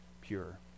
pure